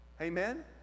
amen